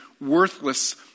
worthless